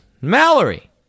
Mallory